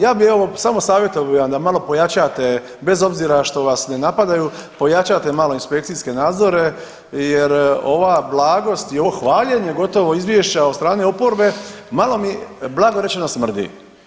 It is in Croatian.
Ja bi evo samo savjetovao bi vam da malo pojačate bez obzira što vas ne napadaju, pojačate malo inspekcijske nadzore jer ova blagost i ovo hvaljenje gotovo izvješća od strane oporbe malo bi blago rečeno smrdi.